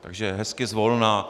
Takže hezky zvolna.